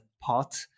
pot